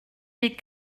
des